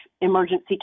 emergency